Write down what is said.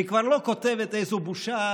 היא כבר לא כותבת: איזו בושה,